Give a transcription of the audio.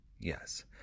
Yes